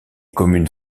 communes